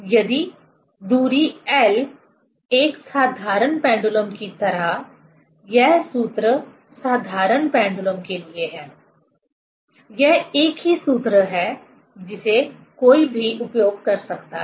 यदि दूरी L एक साधारण पेंडुलम की तरह यह सूत्र साधारण पेंडुलम के लिए है यह एक ही सूत्र है जिसे कोई भी उपयोग कर सकता है